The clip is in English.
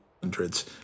hundreds